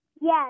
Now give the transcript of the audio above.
Yes